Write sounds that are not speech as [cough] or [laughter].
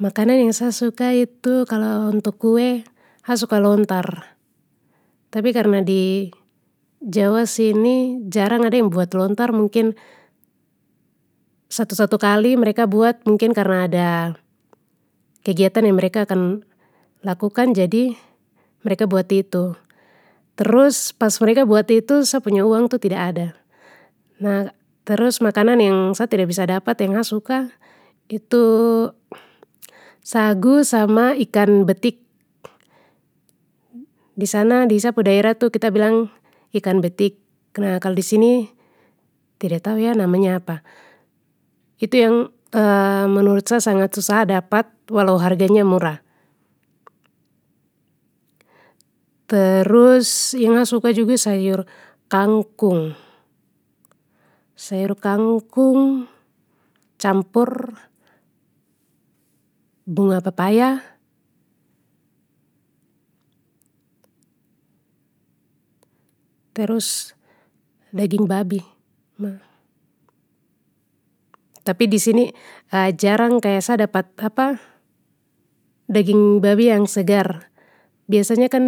Makanan yang sa suka itu, kalo untuk kue ha suka lontar tapi karna di jawa sini jarang ada yang buat lontar mungkin, satu satu kali mereka buat mungkin karna ada, kegiatan yang mereka akan lakukan jadi, mereka buat itu, terus pas mereka buat itu sa punya uang tu tida ada, nah terus makanan yang sa tida bisa dapat yang sa suka itu, sagu sama ikan betik. Disana di sa pu daerah tu kita bilang ikan betik nah kalo disini tida tahu ya namanya apa. Itu yang [hesitation] menurut sa sangat susah dapat walau harganya murah. Terus yang a suka juga sayur kangkung, sayur kangkung, campur, bunga pepaya. Terus daging babi. Tapi disini jarang kaya sa dapat [hesitation] daging babi yang segar, biasanya kan